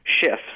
shifts